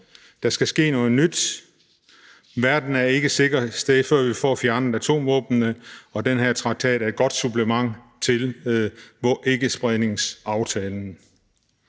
der skal ske noget nyt. Verden er ikke et sikkert sted, før vi får fjernet atomvåbnene, og den her traktat er et godt supplement til ikkespredningsaftalen.